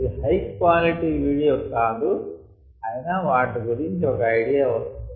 ఇది high quality video కాదు అయినా వాటి గురించి ఒక ఐడియా వస్తుంది